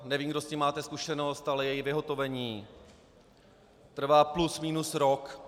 Nevím, kdo s tím máte zkušenost, ale její vyhotovení trvá plus minus rok.